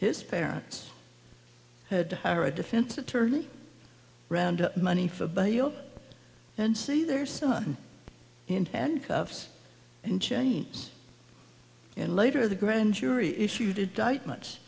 his parents had to hire a defense attorney round up money for bail and see their son in handcuffs and chains and later the grand jury issued a diet much